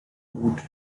would